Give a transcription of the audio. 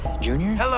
Junior